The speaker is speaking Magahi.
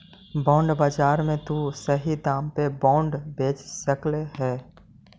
बॉन्ड बाजार में तु सही दाम में बॉन्ड बेच सकऽ हे